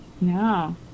No